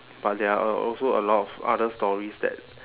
but there are also a lot of other stories that